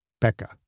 Becca